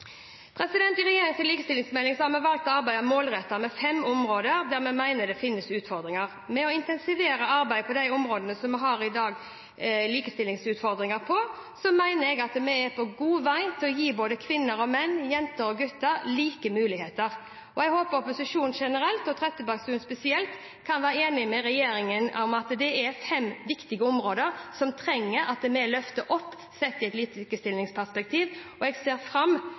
I regjeringens likestillingsmelding har vi valgt å arbeide målrettet med fem områder der vi mener det finnes utfordringer. Ved å intensivere arbeidet på de områdene som vi i dag har likestillingsutfordringer på, mener jeg vi er på god vei til å gi både kvinner og menn, jenter og gutter, like muligheter. Jeg håper opposisjonen generelt og Trettebergstuen spesielt kan være enig med regjeringen i at dette er fem viktige områder som trenger å løftes opp, sett i et likestillingsperspektiv. Jeg ser fram